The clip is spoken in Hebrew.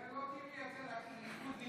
את זה לא תראי אצל הליכודניקים החדשים.